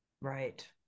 right